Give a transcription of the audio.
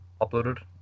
uploaded